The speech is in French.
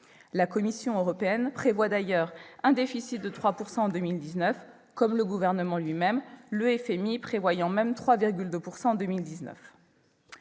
La Commission européenne prévoit d'ailleurs un déficit de 3 % en 2019, comme le Gouvernement lui-même, le FMI prévoyant même 3,2 % en 2019.